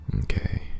Okay